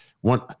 one